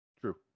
True